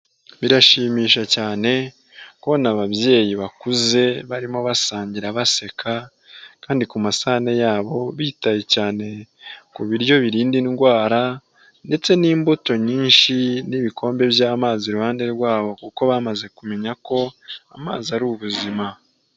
Birashimisha cyane kubona ababyeyi bakuze barimo basangira baseka, kandi ku masahane yabo bitaye cyane ku biryo birinda indwara ndetse n'imbuto nyinshi n'ibikombe by'amazi iruhande rwabo, kuko bamaze kumenya ko amazi ari ubuzima.